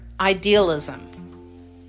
idealism